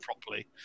properly